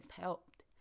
helped